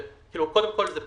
קודם כל, זה פורסם.